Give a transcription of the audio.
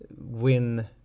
win